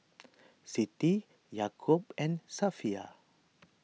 Siti Yaakob and Safiya